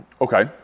okay